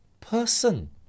person